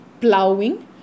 plowing